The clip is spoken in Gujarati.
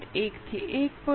1 થી 1